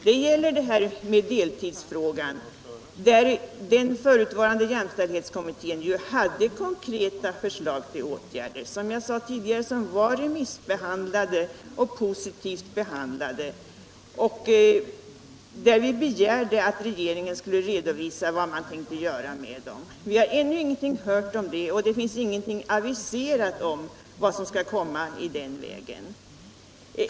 Det gäller deltidsfrågan, där den förutvarande jämställdhetskommittén ju hade, som jag sade tidigare, konkreta förslag till åtgärder, som var remissbehandlade — och positivt behandlade. Vi begärde att regeringen skulle redovisa vad man tänkte göra med dessa förslag. Nu har vi ingenting hört om detta, och det finns ingenting aviserat om vad som skall komma i den vägen.